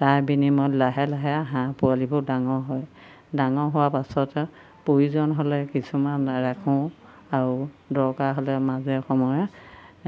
তাৰ বিনিময়ত লাহে লাহে হাঁহ পোৱালিবোৰ ডাঙৰ হয় ডাঙৰ হোৱাৰ পাছতে প্ৰয়োজন হ'লে কিছুমান ৰাখোঁ আৰু দৰকাৰ হ'লে মাজে সময়ে